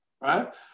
right